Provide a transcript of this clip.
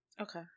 Okay